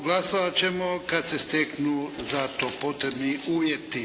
Glasovati ćemo kada se steknu za to potrebni uvjeti.